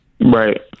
Right